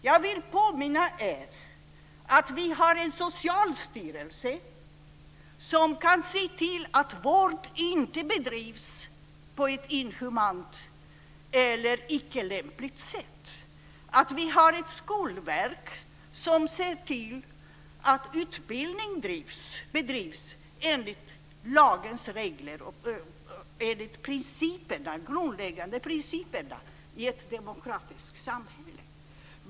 Jag vill påminna er om att vi har en socialstyrelse som kan se till att vård inte bedrivs på ett inhumant eller icke lämpligt sätt. Vi har ett skolverk som ser till att utbildning bedrivs enligt lagens regler och enligt de grundläggande principerna i ett demokratiskt samhälle.